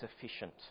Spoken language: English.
sufficient